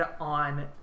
on